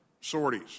sorties